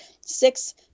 six